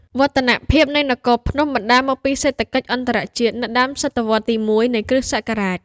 វឌ្ឍនភាពនៃនគរភ្នំ បណ្តាលមកពីសេដ្ឋកិច្ចអន្តរជាតិ នៅដើមសតវត្សរ៍ទី១ នៃគ្រិស្តសករាជ។